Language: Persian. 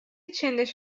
چندش